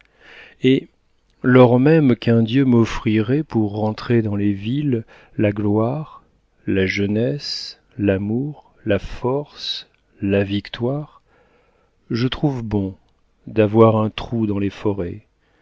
et lors même qu'un dieu m'offrirait pour rentrer dans les villes la gloire la jeunesse l'amour la force la victoire je trouve bon d'avoir un trou dans les forêts